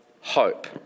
hope